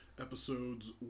episodes